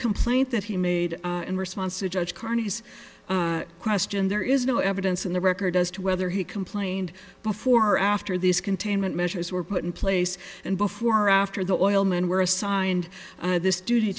complaint that he made in response to judge carney's question there is no evidence in the record as to whether he complained before or after these containment measures were put in place and before or after the oil men were assigned this duty